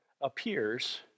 appears